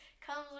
comes